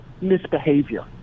misbehavior